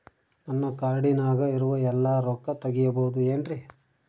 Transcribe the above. ನನ್ನ ಕಾರ್ಡಿನಾಗ ಇರುವ ಎಲ್ಲಾ ರೊಕ್ಕ ತೆಗೆಯಬಹುದು ಏನ್ರಿ?